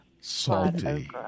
salty